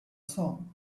song